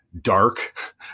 dark